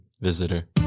visitor